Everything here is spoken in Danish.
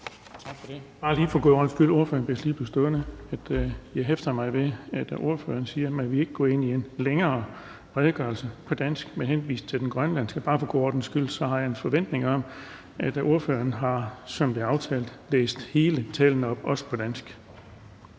Bare lige for en god ordens skyld bedes ordføreren lige blive stående. Jeg hæfter mig ved, at ordføreren siger, at man ikke vil gå ind i en længere redegørelse på dansk med henvisning til den grønlandske tale. For en god ordens skyld vil jeg bare sige, at jeg har en forventning om, at ordføreren, som det er aftalt, har læst hele talen op, også på dansk.